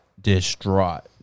distraught